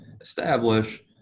establish